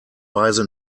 weise